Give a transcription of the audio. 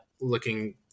looking